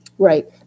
Right